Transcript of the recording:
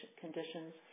conditions